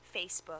Facebook